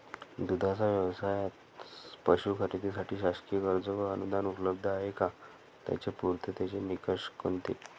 दूधाचा व्यवसायास पशू खरेदीसाठी शासकीय कर्ज व अनुदान उपलब्ध आहे का? त्याचे पूर्ततेचे निकष कोणते?